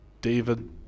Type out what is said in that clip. David